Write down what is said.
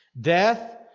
Death